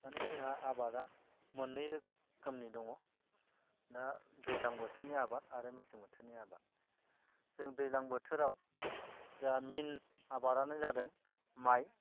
माने जोंहा आबादा मोननै रोखोमनि दङ दा दैलां बोथोरनि आबाद आरो मेसें बोथोरनि आबाद जों दैलां बोथोराव जोंहा मिन आबादानो जादों माइ